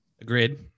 Agreed